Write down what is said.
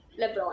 LeBron